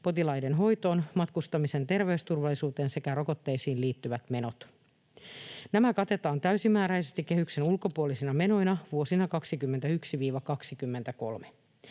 potilaiden hoitoon, matkustamisen terveysturvallisuuteen sekä rokotteisiin liittyvät menot. Nämä katetaan täysimääräisesti kehyksen ulkopuolisina menoina vuosina 21—23.